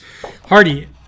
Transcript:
Hardy